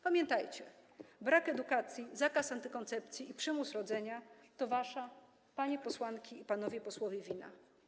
Pamiętajcie, że brak edukacji, zakaz antykoncepcji i przymus rodzenia to wasza, panie posłanki i panowie posłowie, wina.